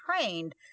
trained